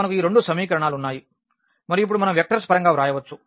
మనకు ఈ రెండు సమీకరణాలు ఉన్నాయి మరియు ఇప్పుడు మనం వెక్టర్స్ పరంగా వ్రాయవచ్చు